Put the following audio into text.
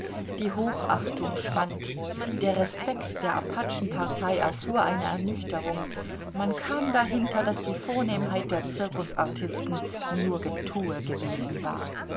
die hochachtung schwand der respekt der apachenpartei erfuhr eine ernüchterung man kam dahinter daß die vornehmheit der zirkusartisten nur getue gewesen war